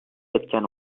etken